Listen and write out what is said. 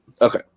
Okay